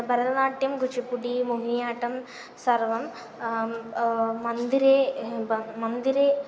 Bharatanatyam Kuchipudi Mohiniyattam सर्वं मन्दिरे एव मन्दिरे